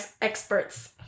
experts